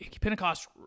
Pentecost